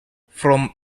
from